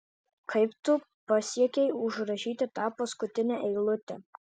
kaip tu pasiekei užrašyti tą paskutinę eilutę